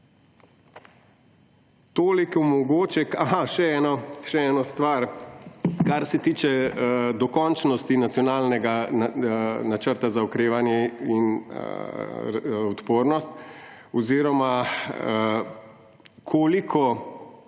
Toliko mogoče … Aha, še ena stvar, kar se tiče dokončnosti Nacionalnega načrta za okrevanje in odpornost oziroma koliko